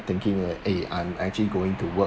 thinking eh I'm actually going to work